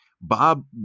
Bob